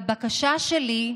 והבקשה שלי,